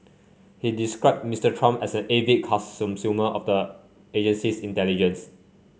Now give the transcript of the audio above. he described Mister Trump as an avid of the agency's intelligence